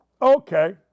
Okay